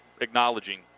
acknowledging